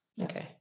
Okay